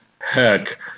Heck